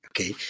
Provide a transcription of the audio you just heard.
Okay